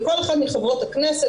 לכל אחת מחברות הכנסת,